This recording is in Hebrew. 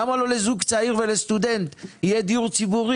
למה לא לזוג צעיר ולסטודנט יהיה דיור ציבורי?